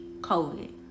COVID